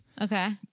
Okay